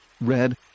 red